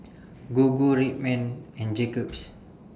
Gogo Red Man and Jacob's